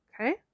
Okay